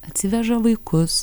atsiveža vaikus